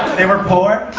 they were poor?